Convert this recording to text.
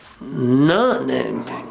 none